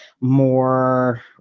more